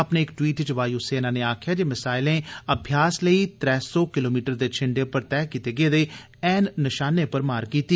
अपने इक ट्वीट च वायु सेना नै आक्खेया जे मिसाइलें अभ्यास लेई रै सौ किलोमीटर दे छिंडे पर तैह कीते गेदे ऐन नशानें पर मार कीती